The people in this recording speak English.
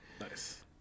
Nice